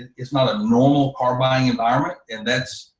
it's not a normal car buying environment, and that's,